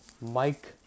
Mike